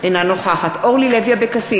אינה נוכחת מיקי לוי, נגד אורלי לוי אבקסיס,